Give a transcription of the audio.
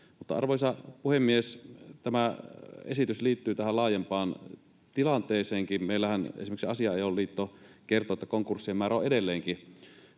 arvoisa puhemies, tämä esitys liittyy myös tähän laajempaan tilanteeseen. Meillähän esimerkiksi Asianajajaliitto kertoi, että konkurssien määrä on edelleenkin